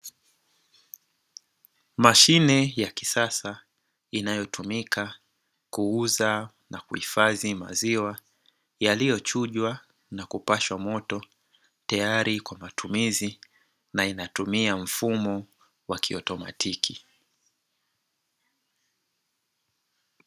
Mashine ya kisasa inayotumika kuuza na kuhifadhi maziwa yaliyochujwa na kupashwa moto, tayari kwa matumizi na inatumia mfumo wa kiautomatiki.